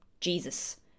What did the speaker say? Jesus